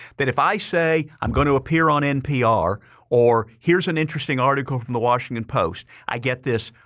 that if i say i'm going to appear on npr or here's an interesting article from the washington post, i get this